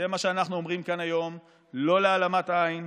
זה מה שאנחנו אומרים כאן היום: לא להעלמת עין,